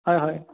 হয় হয়